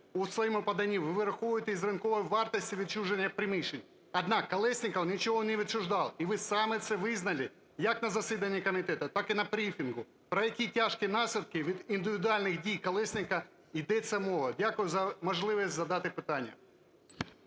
у своєму поданні ви вираховуєте з ринкової вартості відчуження приміщень. Однак, Колєсніков нічого не відчужував, і ви самі це визнали як на засіданні комітету, так і на брифінгу. Про які тяжкі наслідки від індивідуальних дій Колєснікова йдеться мова? Дякую за можливість задати питання.